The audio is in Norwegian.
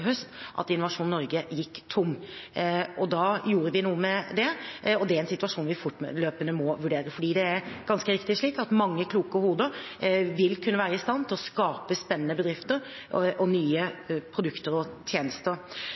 gjorde vi noe med det, og det er en situasjon vi fortløpende må vurdere, for det er ganske riktig slik at mange kloke hoder vil kunne være i stand til å skape spennende bedrifter og nye produkter og tjenester.